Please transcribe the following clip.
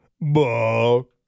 Ball